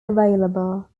available